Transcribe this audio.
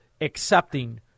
accepting